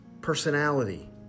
personality